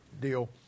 deal